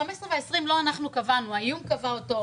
את ה-15 ו-20 שניות לא אנחנו קבענו האיום קבע אותם,